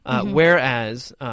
Whereas